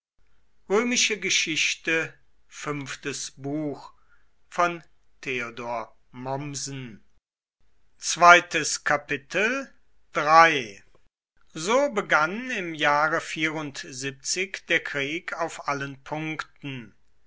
so begann im jahre der krieg auf allen punkten